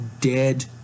dead